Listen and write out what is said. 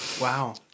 Wow